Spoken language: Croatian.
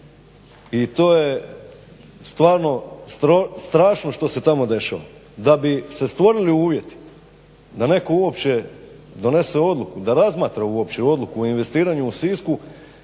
i to je stvarno strašno što se tamo dešava. Da bi se stvorili uvjeti da netko uopće donese odluku, da razmatra uopće odluku o investiranju u Sisku